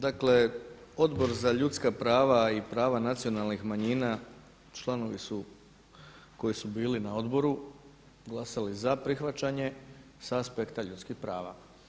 Dakle, Odbor za ljudska prava i prava nacionalnih manjina članovi su koji su bili na Odboru glasali za prihvaćanje sa aspekta ljudskih prava.